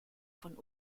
von